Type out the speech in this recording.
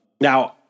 now